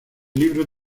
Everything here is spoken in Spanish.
libro